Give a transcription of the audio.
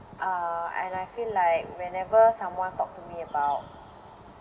uh and I feel like whenever someone talk to me about